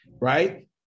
right